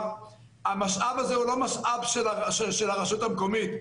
שהמשאב הזה הוא לא משאב של הרשות המקומית.